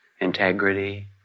integrity